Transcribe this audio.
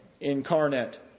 incarnate